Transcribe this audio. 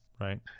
Right